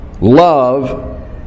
love